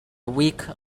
week